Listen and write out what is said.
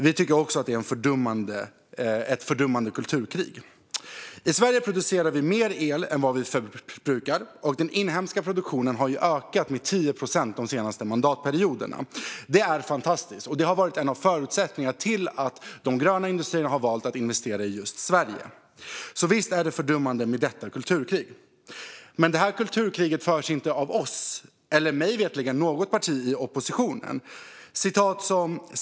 Vi tycker också att det är ett fördummande kulturkrig. I Sverige producerar vi mer el än vad vi förbrukar, och den inhemska produktionen har ökat med 10 procent de senaste mandatperioderna. Det är fantastiskt, och det har varit en av förutsättningarna för att de gröna industrierna har valt att investera i just Sverige. Så visst är det fördummande med detta kulturkrig. Men det kulturkriget förs inte av oss eller, mig veterligen, av något annat parti i oppositionen.